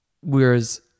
Whereas